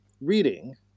reading